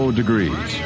degrees